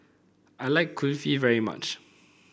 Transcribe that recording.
I like Kulfi very much